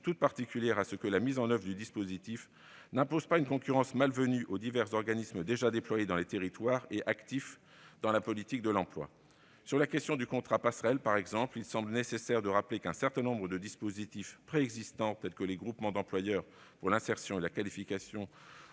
tout particulièrement à ce que la mise en oeuvre du dispositif n'impose pas une concurrence malvenue aux divers organismes déjà déployés dans les territoires et actifs dans la politique de l'emploi. Ainsi, pour ce qui concerne le contrat passerelle, il semble nécessaire de rappeler qu'un certain nombre de dispositifs existants, tels les groupements d'employeurs pour l'insertion et la qualification,